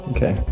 Okay